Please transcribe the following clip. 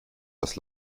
das